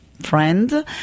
friend